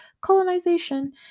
colonization